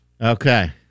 Okay